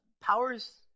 Powers